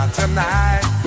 tonight